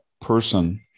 person